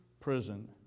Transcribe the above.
prison